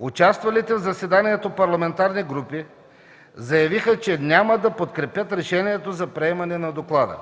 Участвалите в заседанието парламентарни групи заявиха, че няма да подкрепят решението за приемане на доклада.